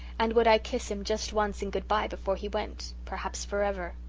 and would i kiss him just once in good-bye before he went perhaps for ever?